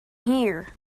here